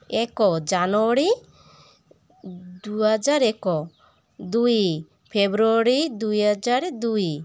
ଏକ ଜାନୁଆରୀ ଦୁଇହଜାର ଏକ ଦୁଇ ଫେବୃଆରୀ ଦୁଇ ହଜାର ଦୁଇ